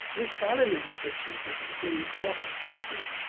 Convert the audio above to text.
this parallelism is achieved at various levels, for instance,